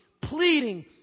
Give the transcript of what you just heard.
pleading